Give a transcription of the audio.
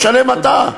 תשלם אתה.